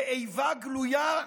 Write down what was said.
באיבה גלויה,